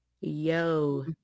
Yo